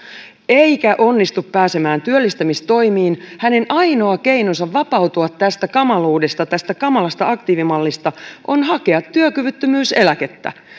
eikä onnistu pääsemään työllistämistoimiin hänen ainoa keinonsa vapautua tästä kamaluudesta tästä kamalasta aktiivimallista on hakea työkyvyttömyyseläkettä